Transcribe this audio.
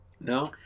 No